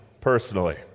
personally